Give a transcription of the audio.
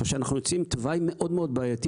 כשאנחנו יוצרים תוואי מאוד מאוד בעייתי